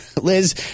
Liz